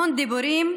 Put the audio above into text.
המון דיבורים,